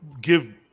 give